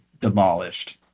demolished